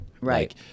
right